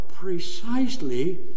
Precisely